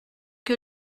que